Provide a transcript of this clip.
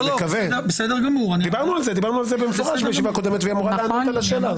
בישיבה הקודמת דיברנו על זה במפורש והיא אמורה לענות על השאלה.